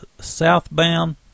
southbound